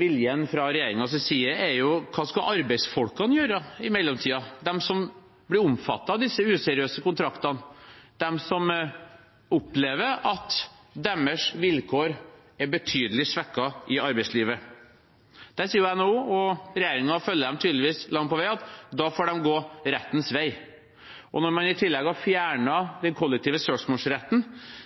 viljen fra regjeringens side er: Hva skal arbeidsfolkene gjøre i mellomtiden, de som blir omfattet av disse useriøse kontraktene, de som opplever at deres vilkår i arbeidslivet er betydelig svekket? Der sier NHO, og regjeringen følger dem tydeligvis langt på vei, at da får de gå rettens vei. Når man i tillegg har fjernet den kollektive